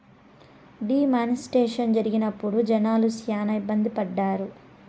D మానిస్ట్రేషన్ జరిగినప్పుడు జనాలు శ్యానా ఇబ్బంది పడ్డారు